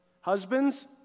Husbands